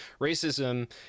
racism